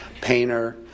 painter